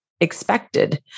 expected